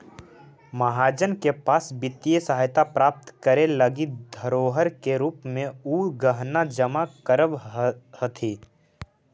महाजन के पास वित्तीय सहायता प्राप्त करे लगी धरोहर के रूप में उ गहना जमा करऽ हथि